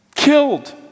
killed